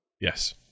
Yes